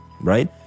Right